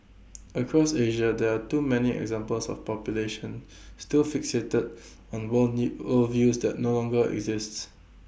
across Asia there are too many examples of populations still fixated on world new worldviews that no longer exists